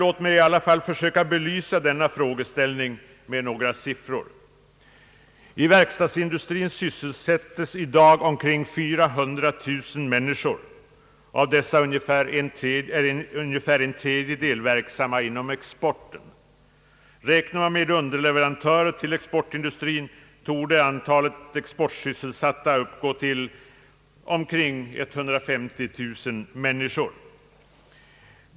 Låt mig i alla fall belysa den frågeställningen med några siffror. I verkstadsindustrin sysselsättes i dag omkring 400 000 människor, av dessa är ungefär en tredjedel verksamma inom exporten. Räknar man med underleverantörer till exportindustrin torde antalet exportsysselsatta uppgå till omkring 150 000 människor.